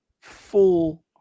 full